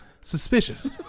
suspicious